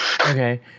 Okay